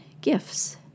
gifts